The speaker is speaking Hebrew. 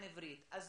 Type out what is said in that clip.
אנחנו מבינים אותה, זה